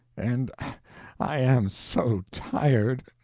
and i am so tired!